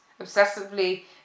obsessively